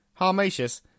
Harmatius